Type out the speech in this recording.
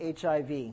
HIV